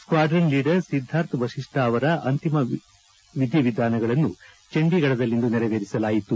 squadron leader Siddharth Vashisht ಅವರ ಅಂತಿಮ ವಿಧಿವಿಧಾನಗಳನ್ನು ಚಂಡೀಗಢದಲ್ಲಿಂದು ನೆರವೇರಿಸಲಾಯಿತು